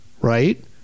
Right